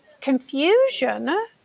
confusion